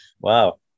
wow